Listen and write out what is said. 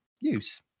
use